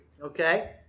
okay